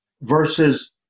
versus